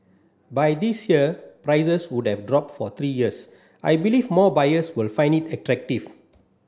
by this year prices would have dropped for three years I believe more buyers will find it attractive